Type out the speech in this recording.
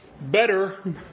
better